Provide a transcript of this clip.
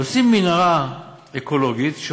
עושים מנהרה אקולוגית,